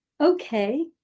okay